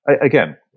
again